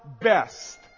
best